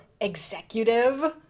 executive